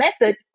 method